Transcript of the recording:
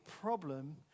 problem